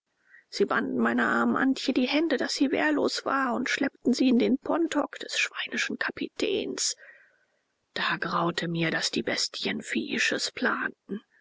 sie banden meiner armen antje die hände daß sie wehrlos war und schleppten sie in den pontok des schweinischen kapitäns da graute mir daß die bestien viehisches planten